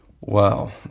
Wow